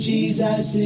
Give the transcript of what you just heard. Jesus